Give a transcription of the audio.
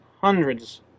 hundreds